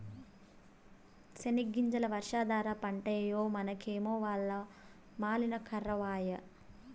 సెనగ్గింజలు వర్షాధార పంటాయె మనకేమో వల్ల మాలిన కరవాయె